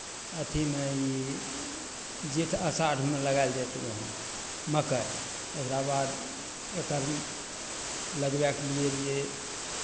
अथिमे ई जेठ अषाढ़मे लगायल जेतै गहुम मक्कइ एकराबाद एकर लगबैके लिए जे